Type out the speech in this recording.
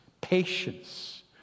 patience